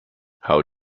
how